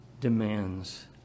demands